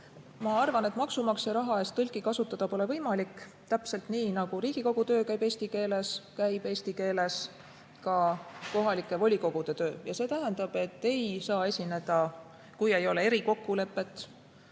Ma arvan, et maksumaksja raha eest tõlki kasutada pole võimalik. Täpselt nii, nagu Riigikogu töö käib eesti keeles, käib eesti keeles ka kohalike volikogude töö. See tähendab, et ei saa esineda, kui ei ole erikokkulepet,